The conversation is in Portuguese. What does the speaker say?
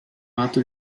ato